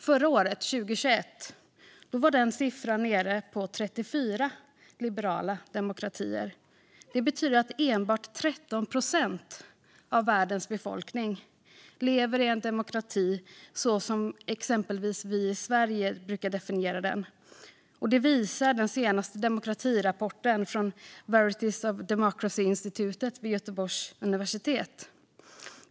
Förra året, 2021, var den siffran nere på 34 liberala demokratier. Det betyder att enbart 13 procent av världens befolkning lever i en demokrati så som exempelvis vi i Sverige brukar definiera den. Det visar den senaste demokratirapporten från Varieties of Democracy-institutet vid Göteborgs universitet.